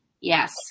Yes